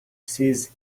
says